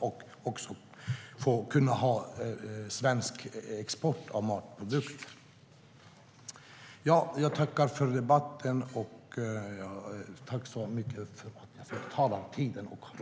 Vi ska kunna ha svensk export av matprodukter.